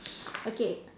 okay